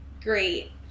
Great